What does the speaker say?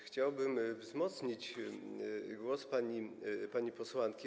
Chciałbym wzmocnić głos pani posłanki.